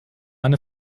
eine